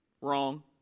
Wrong